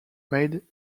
made